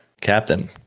Captain